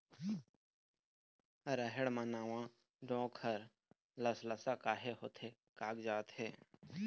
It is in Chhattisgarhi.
रहेड़ म नावा डोंक हर लसलसा काहे होथे कागजात हे?